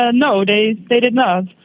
ah no, they they did not.